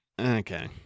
okay